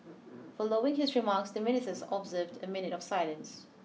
following his remarks the Ministers observed a minute of silence